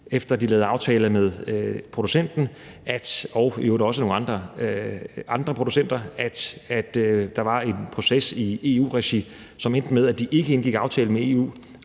Efter de lavede aftale med producenten og i øvrigt også nogle andre producenter, mundede det ud i, at der var en proces i EU-regi, som endte med, at de ikke indgik aftale med EU.